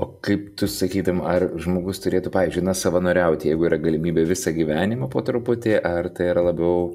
o kaip tu sakytum ar žmogus turėtų pavyzdžiui na savanoriauti jeigu yra galimybė visą gyvenimą po truputį ar tai yra labiau